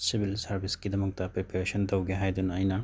civil ꯁꯥꯔꯕꯤꯁꯀꯤꯗꯃꯛꯇ preparation ꯇꯧꯒꯦ ꯍꯥꯏꯗꯨꯅ ꯑꯩꯅ